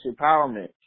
empowerment